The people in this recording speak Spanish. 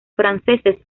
franceses